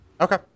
Okay